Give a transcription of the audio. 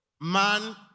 man